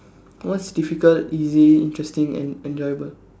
what's difficult easy interesting and enjoyable